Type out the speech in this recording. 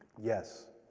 yes.